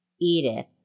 Edith